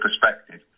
perspective